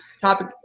topic